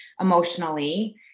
emotionally